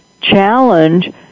challenge